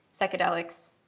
psychedelics